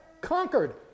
conquered